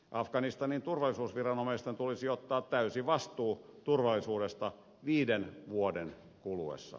afganistanin turvallisuusviranomaisten tulisi ottaa täysi vastuu turvallisuudesta viiden vuoden kuluessa